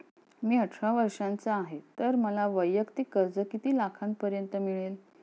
मी अठरा वर्षांचा आहे तर मला वैयक्तिक कर्ज किती लाखांपर्यंत मिळेल?